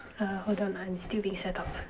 err hold on I'm still being set up